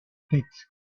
pit